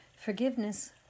Forgiveness